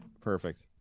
perfect